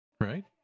right